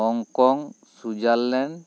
ᱦᱚᱝ ᱠᱚᱝ ᱥᱩᱭᱡᱟᱨ ᱞᱮᱱᱰ